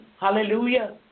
hallelujah